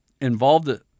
involved